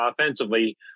offensively